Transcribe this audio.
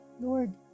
Lord